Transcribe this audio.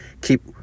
keep